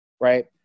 Right